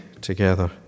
together